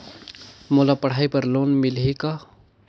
मोला पढ़ाई बर लोन मिलही का?